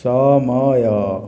ସମୟ